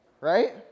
right